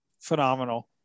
Phenomenal